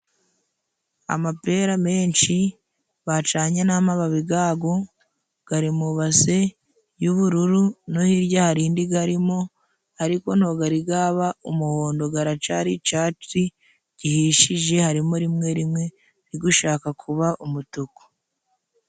Amapera menshi bacanye n'amababi gago gari mu base y'ubururu no hirya hari indi garimo, ariko nto gari gaba umuhondo, garacari icatsi gihishije, harimo rimwe rimwe riri gushaka kuba umutuku.